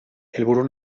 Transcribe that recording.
helburu